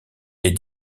des